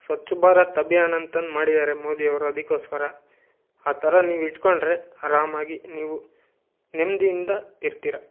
ಸ್ವಚ್ಛ ಭಾರತ ಅಭಿಯಾನ ಅಂತಂದು ಮಾಡಿದ್ದಾರೆ ಮೋದಿಯವ್ರು ಅದಕ್ಕೋಸ್ಕರ ಆ ಥರ ನೀವು ಇಟ್ಟುಕೊಂಡ್ರೆ ಅರಾಮಾಗಿ ನೀವು ನೆಮ್ಮದಿಯಿಂದ ಇರ್ತೀರ